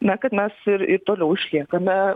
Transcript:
na kad mes ir ir toliau išliekame